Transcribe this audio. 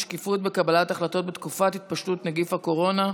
שקיפות בקבלת החלטות בתקופת התפשטות נגיף הקורונה),